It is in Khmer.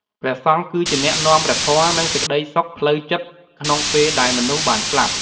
ព្រះសង្ឃគឺជាអ្នកនាំព្រះធម៌ និងសេចក្ដីសុខផ្លូវចិត្តក្នុងពេលដែលមនុស្សបានស្លាប់។